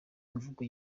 imvugo